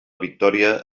victòria